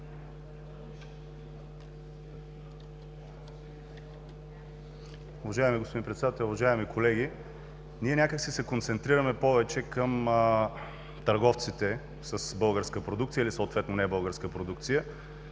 Уважаеми господин Председател, уважаеми колеги! Ние някак си се концентрираме повече към търговците с българска продукция или съответно небългарска продукция.